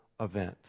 event